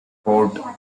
port